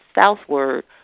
southward